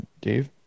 Dave